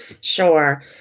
Sure